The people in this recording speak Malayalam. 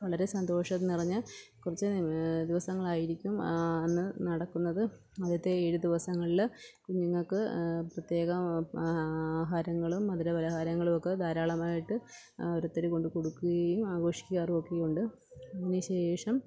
വളരെ സന്തോഷം നിറഞ്ഞ കുറച്ച് ദിവസങ്ങൾ ആയിരിക്കും അന്ന് നടക്കുന്നത് ആദ്യത്തെ ഏഴു ദിവസങ്ങളിൽ കുഞ്ഞുങ്ങക്ക് പ്രത്യേകം ആഹാരങ്ങളും മധുര പലഹാരങ്ങളും ഒക്കെ ധാരാളമായിട്ട് ഓരോരുത്തര് കൊണ്ട് കൊടുക്കുകയും ആഘോഷിക്കാറും ഒക്കെയുണ്ട് അതിനുശേഷം